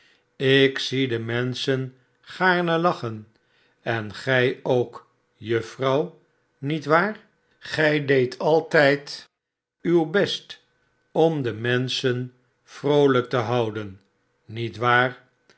ik zie de menschen gaarne lachen en gij ook juffrouw niet waar gij deedt altijd uw best om de menschen vroolijk te houden niet waar